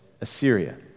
Assyria